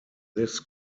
this